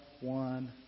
one